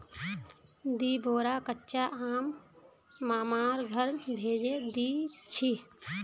दी बोरा कच्चा आम मामार घर भेजे दीछि